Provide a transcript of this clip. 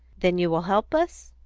then you will help us?